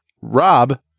Rob